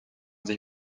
sich